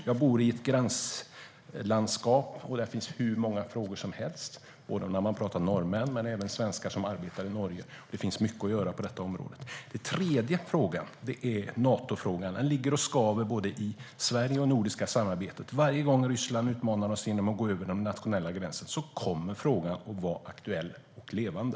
Jag bor i ett gränslandskap, och där finns hur många frågor som helst när man pratar med norrmän men även med svenskar som arbetar i Norge. Det finns mycket att göra på detta område. Den tredje frågan är Natofrågan. Den ligger och skaver både i Sverige och i det nordiska samarbetet. Varje gång Ryssland utmanar oss genom att gå över de nationella gränserna kommer frågan att vara aktuell och levande.